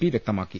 P വ്യക്ത മാക്കി